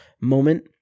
moment